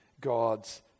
God's